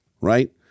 Right